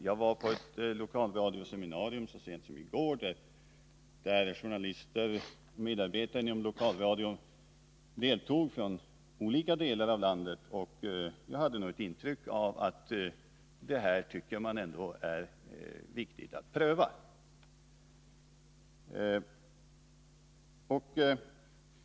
Jag var på ett lokalradioseminarium så sent som i går, där medarbetare inom lokalradion på olika håll i landet deltog. Jag hade ett intryck av att man tycker det är riktigt att pröva detta.